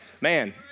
man